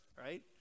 right